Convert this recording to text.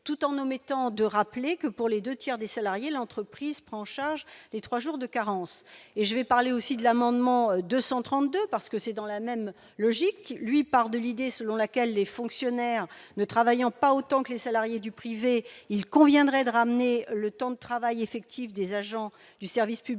tout en omettant de rappeler que pour les 2 tiers des salariés, l'entreprise prend en charge les 3 jours de carence et je vais parler aussi de l'amendement 230 parce que c'est dans la même logique, lui, part de l'idée selon laquelle les fonctionnaires ne travaillant pas autant que les salariés du privé, il conviendrait de ramener le temps de travail effectif des agents du service public